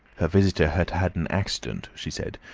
her visitor had had an accident, she said,